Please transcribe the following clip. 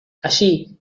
allí